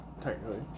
technically